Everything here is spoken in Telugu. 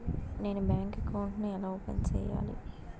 నేను బ్యాంకు అకౌంట్ ను ఎలా ఓపెన్ సేయాలి?